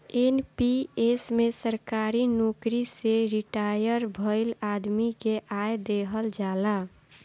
NPS में सरकारी नोकरी से रिटायर भईल आदमी के आय देहल जाला